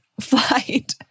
flight